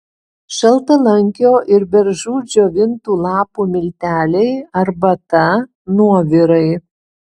šaltalankio ir beržų džiovintų lapų milteliai arbata nuovirai